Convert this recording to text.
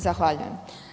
Zahvaljujem.